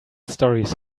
stories